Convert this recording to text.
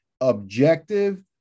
objective